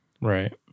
Right